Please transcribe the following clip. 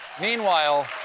Meanwhile